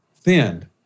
thinned